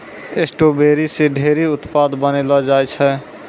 strawberry से ढेरी उत्पाद बनैलो जाय छै